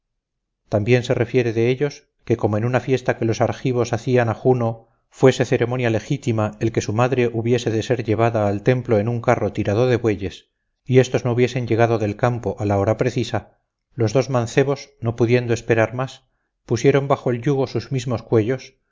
también se refiere de ellos que como en una fiesta que los argivos hacían a juno fuese ceremonia legítima el que su madre hubiese de ser llevada al templo en un carro tirado de bueyes y éstos no hubiesen llegado del campo a la hora precisa los dos mancebos no pudiendo esperar más pusieron bajo del yugo sus mismos cuellos